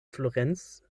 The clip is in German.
florenz